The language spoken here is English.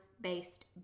based